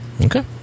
Okay